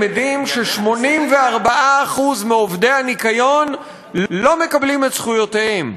למדים ש-84% מעובדי הניקיון לא מקבלים את זכויותיהם,